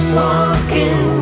walking